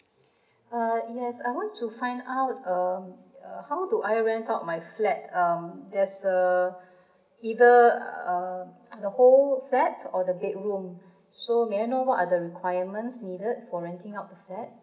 err yes I want to find out um uh how do I rent out my flat um there's uh either uh the whole flat or the bedroom so may I know what are the requirements needed for renting out the flat